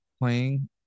playing